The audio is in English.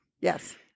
yes